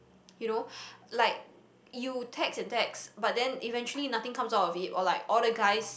you know like you text and text but then eventually nothing comes out of it or like all the guys